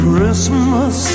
Christmas